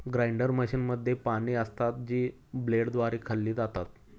grinder मशीनमध्ये पाने असतात, जी ब्लेडद्वारे खाल्ली जातात